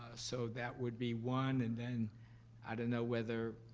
ah so that would be one. and then i don't know whether,